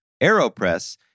AeroPress